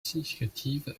significative